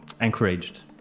encouraged